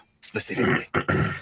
specifically